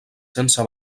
sense